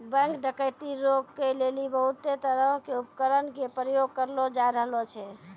bank डकैती रोकै लेली बहुते तरहो के उपकरण के प्रयोग करलो जाय रहलो छै